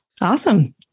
Awesome